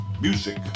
Music